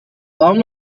tom